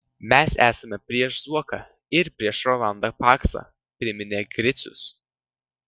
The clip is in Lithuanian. mes esame prieš zuoką ir prieš rolandą paksą priminė gricius